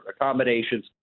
accommodations